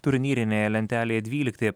turnyrinėje lentelėje dvylikti